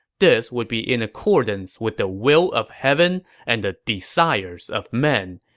this would be in accordance with the will of heaven and the desires of men,